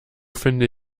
finde